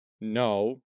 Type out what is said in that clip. no